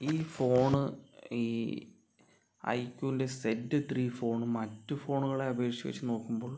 ഈ ഫോൺ ഈ ഐക്ക്യുൻറെ സെഡ് ത്രീ ഫോണും മറ്റു ഫോണുകളെ അപേക്ഷിച്ച് വെച്ച് നോക്കുമ്പോൾ